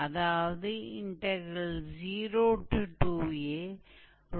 इसलिए हम 0 से 2a तक इंटेग्रेट कर रहे हैं